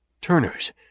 turners